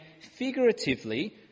figuratively